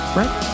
right